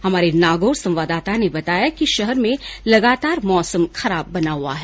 हमारे नागौर संवाददाता ने बताया कि शहर में लगातार मौसम खराब बना हुआ है